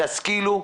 תשכילו,